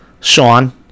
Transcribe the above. Sean